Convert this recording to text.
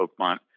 oakmont